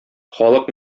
халык